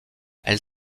elle